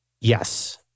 yes